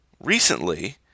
Recently